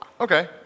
Okay